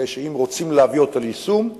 אם רוצים להביא אותו ליישום,